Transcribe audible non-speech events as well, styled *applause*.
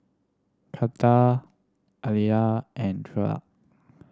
Karter Aliyah and *unintelligible*